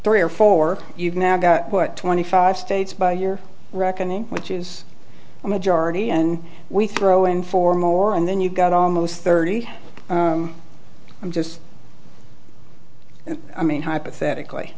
three or four you've now got twenty five states by your reckoning which is a majority and we throw in four more and then you've got almost thirty i'm just i mean hypothetically